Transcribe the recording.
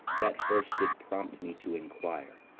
that first did prompt me to enquire.